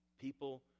People